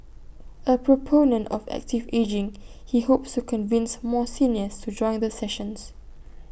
A proponent of active ageing he hopes to convince more seniors to join the sessions